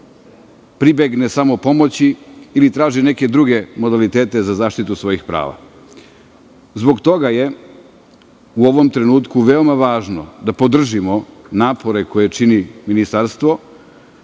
pribegne samopomoći ili traži neke druge modalitete za zaštitu svojih prava. Zbog toga je u ovom trenutku veoma važno da podržimo napore koje čini ministarstvo,